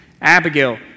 Abigail